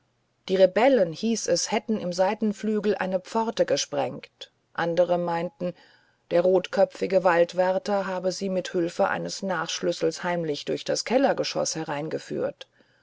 die rebellen hieß es hätten im seitenflügel eine pforte gesprengt andere meinten der rotköpfige waldwärter habe sie mit hülfe eines nachschlüssels heimlich durch das kellergeschoß hereingeführt